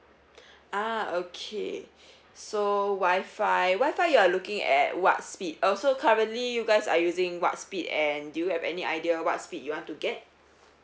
ah okay so wifi wifi you're looking at what speed also currently you guys are using what speed and do you have any idea what speed you want to get